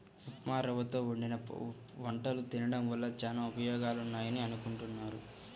ఉప్మారవ్వతో వండిన వంటలు తినడం వల్ల చానా ఉపయోగాలున్నాయని అనుకుంటున్నారు